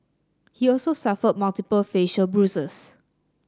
he also suffered multiple facial bruises